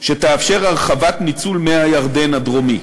שתאפשר הרחבת ניצול מי הירדן הדרומי.